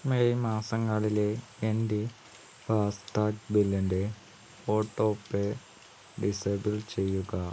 May മാസങ്ങളിലെ എൻ്റെ FASTag ബില്ലിൻ്റെ ഓട്ടോ പേ ഡിസബിൾ ചെയ്യുക